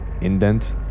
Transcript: indent